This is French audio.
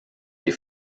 des